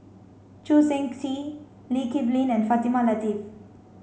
Choo Seng Quee Lee Kip Lin and Fatimah Lateef